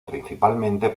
principalmente